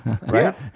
Right